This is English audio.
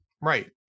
right